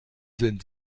sind